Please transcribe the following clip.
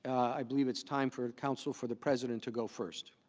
i believe it's time for counsel for the president to go first.